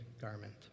garment